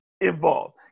involved